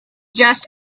just